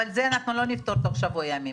אבל את זה לא נפתור תוך שבוע ימים.